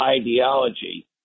ideology